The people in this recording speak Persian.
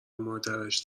مادرش